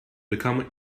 become